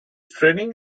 training